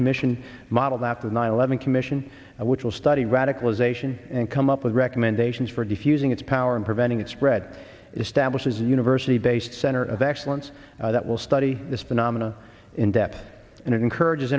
commission modeled after nine eleven commission which will study radicalization and come up with recommendations for defusing its power and preventing it spread establishes a university based center of excellence that will study this phenomena in depth and encourages